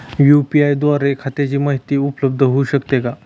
UPI द्वारे खात्याची माहिती उपलब्ध होऊ शकते का?